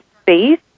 space